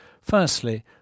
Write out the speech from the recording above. firstly